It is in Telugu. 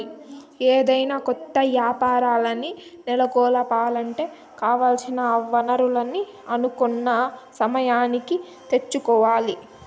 ఏదైనా కొత్త యాపారాల్ని నెలకొలపాలంటే కావాల్సిన వనరుల్ని అనుకున్న సమయానికి తెచ్చుకోవాల్ల